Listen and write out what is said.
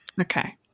Okay